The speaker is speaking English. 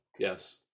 yes